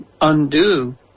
undo